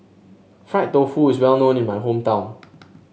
Fried Tofu is well known in my hometown